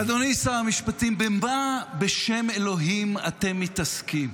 אדוני שר המשפטים, במה בשם אלוהים אתם מתעסקים?